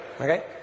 Okay